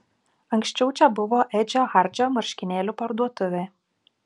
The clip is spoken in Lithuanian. anksčiau čia buvo edžio hardžio marškinėlių parduotuvė